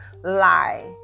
lie